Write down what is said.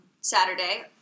Saturday